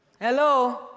Hello